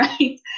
right